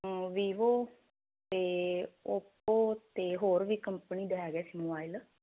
Vivo ਤੇ Oppo ਤੇ ਹੋਰ ਵੀ ਕੰਪਨੀ ਦਾ ਹੈਗੇ ਸੀ ਮੋਬਾਇਲ